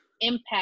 impact